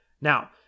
Now